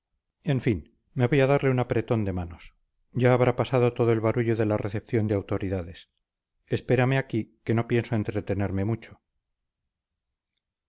en fin me voy a darle un apretón de manos ya habrá pasado todo el barullo de la recepción de autoridades espérame aquí que no pienso entretenerme mucho